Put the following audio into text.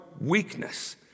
weakness